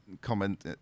comment